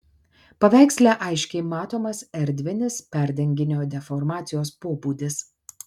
paveiksle aiškiai matomas erdvinis perdenginio deformacijos pobūdis